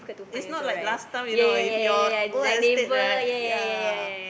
it's not like last time you know if your old estate right ya